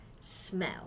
smell